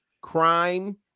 Crime